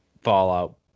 fallout